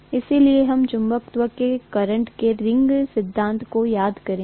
इसलिए हम चुंबकत्व के करंट के रिंग सिद्धांत को याद करेंगे